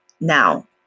Now